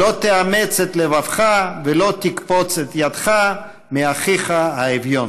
"לא תאמץ את לבבך ולא תקפץ את ידך מאחיך האביון".